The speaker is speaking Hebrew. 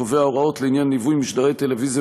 קובע הוראות לעניין ליווי משדרי טלוויזיה